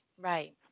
Right